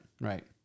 Right